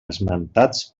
esmentats